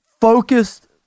focused